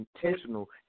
intentional